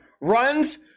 runs